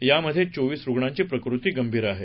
यामध्ये चोवीस रुग्णांची प्रकृती गंभीर आहे